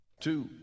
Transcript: Two